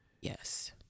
Yes